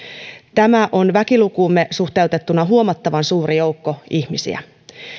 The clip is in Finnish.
tämä on väkilukuumme suhteutettuna huomattavan suuri joukko ihmisiä